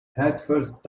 headfirst